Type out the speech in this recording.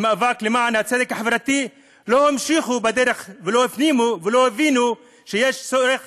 למאבק למען הצדק החברתי לא המשיכו בדרך ולא הפנימו ולא הבינו שיש צורך